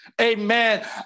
Amen